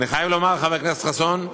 אני חייב לומר לך, חבר הכנסת חסון,